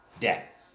debt